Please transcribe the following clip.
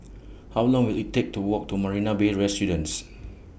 How Long Will IT Take to Walk to Marina Bay Residences